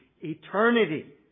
eternity